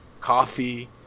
coffee